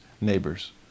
neighbors